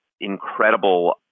incredible